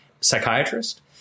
psychiatrist